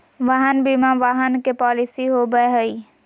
वाहन बीमा वाहन के पॉलिसी हो बैय हइ